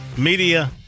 Media